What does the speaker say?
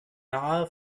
nahe